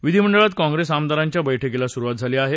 विधिमंडळात काँग्रेस आमदारांच्या बस्क्रीला सुरुवात झाली आहे